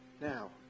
Now